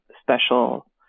special